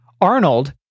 Arnold